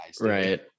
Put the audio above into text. Right